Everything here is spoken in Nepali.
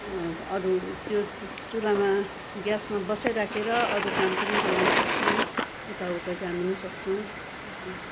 अरू त्यो चुल्हामा ग्यासमा बसाइराखेर अरू काम पनि गर्नु सक्छौँ यताउता जानु पनि सक्छौँ त्यति